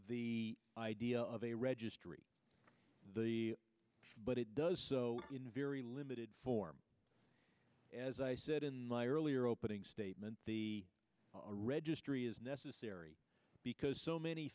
the idea of a registry the but it does so in a very limited form as i said in my earlier opening statement the registry is necessary because so many